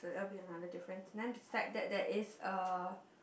probably another difference then beside that there is a